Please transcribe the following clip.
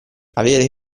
avere